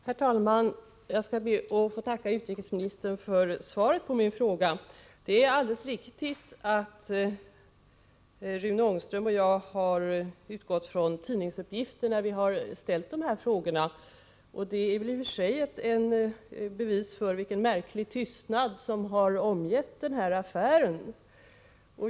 Herr talman! Jag skall be att få tacka utrikesministern för svaret på min fråga. Det är alldeles riktigt att Rune Ångström och jag har utgått från tidningsuppgifter när vi har ställt de här frågorna. Det är väl i och för sig ett bevis för vilken märklig tystnad som har omgett den här affären.